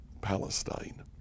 Palestine